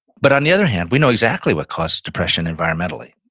but on the other hand, we know exactly what causes depression environmentally.